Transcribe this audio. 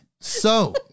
So-